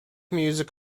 music